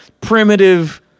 primitive